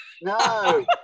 No